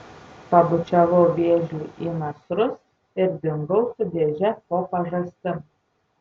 pabučiavau vėžliui į nasrus ir dingau su dėže po pažastim